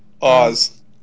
Oz